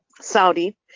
Saudi